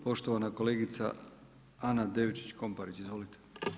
Poštovana kolegica Ana Devčić Komparić, izvolite.